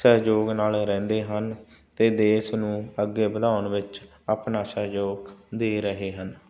ਸਹਿਯੋਗ ਨਾਲ ਰਹਿੰਦੇ ਹਨ ਅਤੇ ਦੇਸ਼ ਨੂੰ ਅੱਗੇ ਵਧਾਉਣ ਵਿੱਚ ਆਪਣਾ ਸਹਿਯੋਗ ਦੇ ਰਹੇ ਹਨ